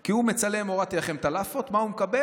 כי הוא מצלם את הלאפות, ומה הוא מקבל?